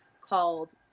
called